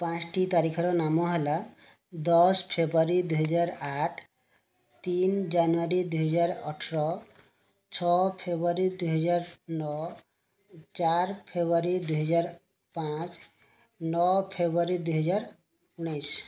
ପାଞ୍ଚଟି ତାରିଖର ନାମ ହେଲା ଦଶ ଫେବୃଆରୀ ଦୁଇହଜାର ଆଠ ତିନି ଜାନୁଆରୀ ଦୁଇହଜାର ଅଠର ଛଅ ଫେବୃଆରୀ ଦୁଇହଜାର ନଅ ଚାରି ଫେବୃଆରୀ ଦୁଇହଜାର ପାଞ୍ଚ ନଅ ଫେବୃଆରୀ ଦୁଇହଜାର ଉଣେଇଶ